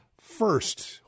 First